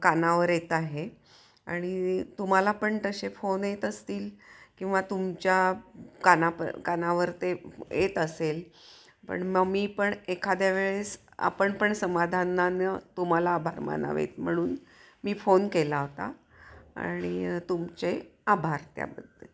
कानावर येत आहे आणि तुम्हाला पण तसे फोन येत असतील किंवा तुमच्या कानाप कानावर ते येत असेल पण मग मी पण एखाद्या वेळेस आपण पण समाधानानं तुम्हाला आभार मानावेत म्हणून मी फोन केला होता आणि तुमचे आभार त्याबद्दल